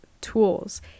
tools